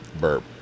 Burp